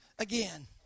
Again